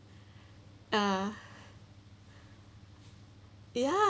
uh ya